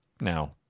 now